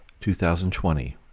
2020